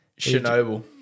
Chernobyl